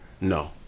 No